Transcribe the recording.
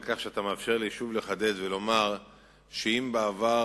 על כך שאתה מאפשר לי שוב לחדד ולומר שאם בעבר